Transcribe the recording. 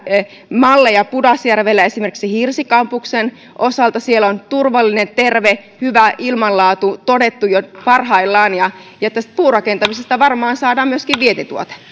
malleja pudasjärvellä esimerkiksi hirsikampuksen osalta on turvallinen terve hyvä ilmanlaatu todettu jo parhaillaan puurakentamisesta varmaan saadaan myöskin vientituote